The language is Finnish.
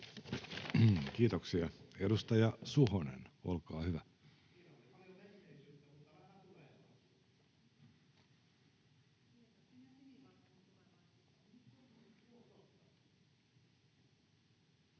Kiitoksia. — Edustaja Suhonen, olkaa hyvä. [Speech